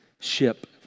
ship